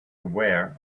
aware